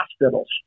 hospitals